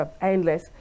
endless